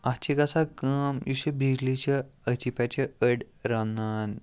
اَتھ چھِ گَژھان کٲم یُس یہِ بِجلی چھِ أتھی پٮ۪ٹھ چھِ أڑۍ رَنان